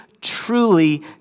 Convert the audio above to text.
truly